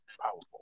powerful